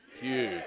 huge